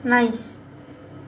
nice